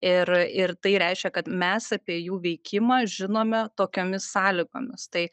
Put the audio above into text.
ir ir tai reiškia kad mes apie jų veikimą žinome tokiomis sąlygomis tai